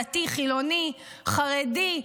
דתי, חילוני, חרדי,